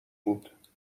بود